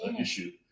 issue